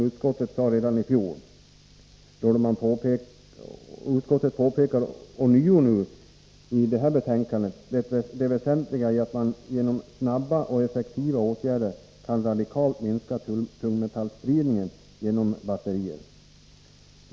Utskottet sade redan i fjol och påpekar ånyo i det , aktuella betänkandet att det är väsentligt att man genom snara och effektiva åtgärder radikalt kan minska tungmetallspridningen genom batterier.